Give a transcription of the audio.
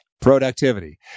productivity